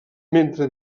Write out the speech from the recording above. mentre